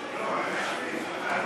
לרשותך.